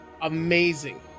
amazing